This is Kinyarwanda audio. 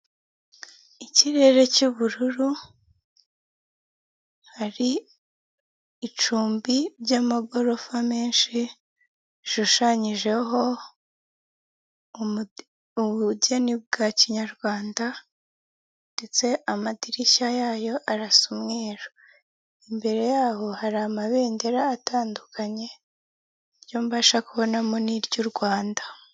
Ibyapa byo ku muhanda ubisanga mu mabara atandukanye cyane ,aho usanga hari ibara ry'umutuku hagati harimo ibara ry'umukara. Ariko biba bigoranye cyangwa se bikunze kugora abantu benshi kumenya ngo ikimenyetso kifite icyo kigaragaza nk'ibyo bimenyetso bibiri ni ikihe? kuko abantu benshi bakunze kwibaza ngo umutuku cyangwa umukara ni ikihe kimenyetso kiri gutanga ubutumwa muri ibyo bimenyetso bibiri.